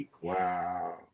Wow